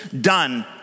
done